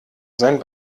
sein